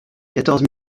quatorze